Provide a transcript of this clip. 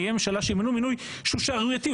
ממשלה שתמנה מינוי שהוא שערורייתי,